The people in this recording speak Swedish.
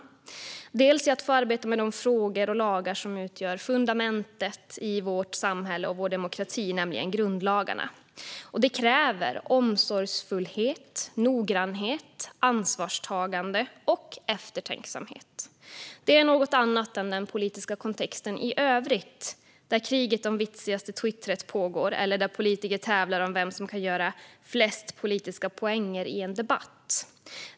Jag sätter en heder i att få arbeta med de frågor och lagar som utgör fundamentet i vårt samhälle och vår demokrati, nämligen grundlagarna. Det kräver omsorgsfullhet, noggrannhet, ansvarstagande och eftertänksamhet. Det är något annat än den politiska kontexten i övrigt, där kriget om vitsigaste tweet pågår och där politiker tävlar om vem som kan göra flest politiska poäng i en debatt.